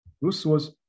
Rousseau's